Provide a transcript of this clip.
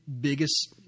biggest